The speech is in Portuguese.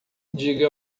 diga